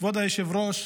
כבוד היושב-ראש,